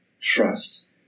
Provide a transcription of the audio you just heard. trust